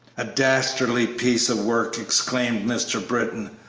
a dastardly piece of work! exclaimed mr. britton.